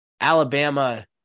Alabama